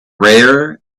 rare